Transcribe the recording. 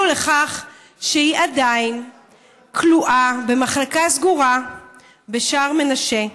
לכך שהיא עדיין כלואה במחלקה סגורה בשער מנשה.